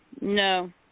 no